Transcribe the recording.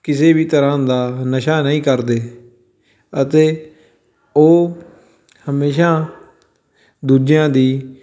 ਕਿਸੇ ਵੀ ਤਰ੍ਹਾਂ ਦਾ ਨਸ਼ਾ ਨਹੀਂ ਕਰਦੇ ਅਤੇ ਉਹ ਹਮੇਸ਼ਾਂ ਦੂਜਿਆਂ ਦੀ